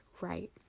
right